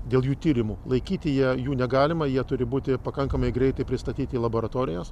dėl jų tyrimų laikyti ją jų negalima jie turi būti pakankamai greitai pristatyti į laboratorijas